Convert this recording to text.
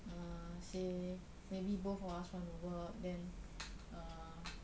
uh say maybe both of us want to work then uh